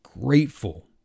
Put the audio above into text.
grateful